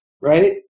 right